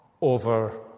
over